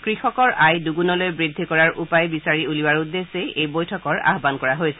কৃষকৰ আয় দুণ্ণলৈ বৃদ্ধি কৰাৰ উপায় বিচাৰি উলিওৱাৰ উদ্দেশ্যেই এই বৈঠকৰ আয়ান কৰা হৈছে